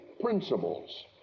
principles